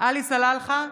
עלי סלאלחה,